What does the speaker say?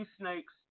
snakes